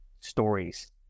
stories